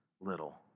little